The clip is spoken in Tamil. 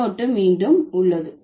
முன்னொட்டு மீண்டும் உள்ளது